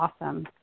awesome